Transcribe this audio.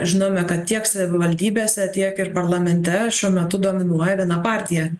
žinome kad tiek savivaldybėse tiek ir parlamente šiuo metu dominuoja viena partija